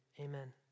Amen